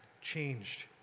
changed